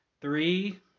three